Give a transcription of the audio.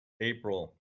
April